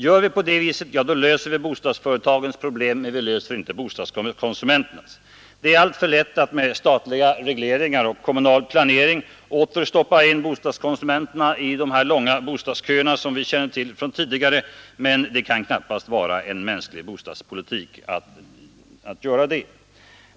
Gör vi det, löser vi bostadsföretagens problem, men inte bostadskonsumenternas. Det är alltför lätt att med statliga regleringar och kommunal planering åter stoppa in bostadskonsumenterna i de långa bostadsköer som vi känner till sedan tidigare, men det kan inte vara en riktig bostadspolitik.